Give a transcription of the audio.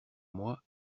moi